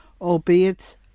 albeit